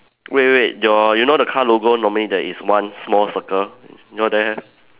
wait wait your you know the car logo normally there is one small circle you know there have